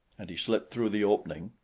and he slipped through the opening,